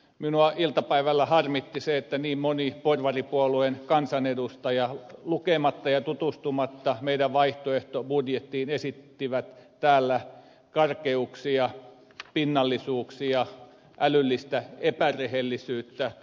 minua iltapäivällä harmitti se että niin moni porvaripuolueen kansanedustaja lukematta meidän vaihtoehtobudjettiamme ja tutustumatta siihen esitti täällä karkeuksia pinnallisuuksia älyllistä epärehellisyyttä